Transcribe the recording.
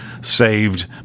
saved